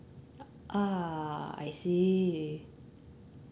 ah I see